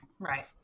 Right